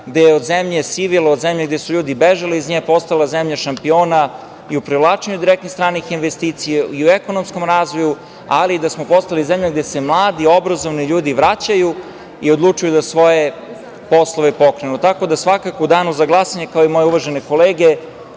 gde je od zemlje sivila, od zemlje gde su ljudi bežali iz nje, postala zemlja šampiona i u privlačenju direktnih stranih investicija i u ekonomskom razvoju, ali i da smo postali zemlja gde se mladi, obrazovani ljudi vraćaju i odlučuju da svoje poslove pokrenu. Svakako, u danu za glasanje, kao i moje uvažene kolege,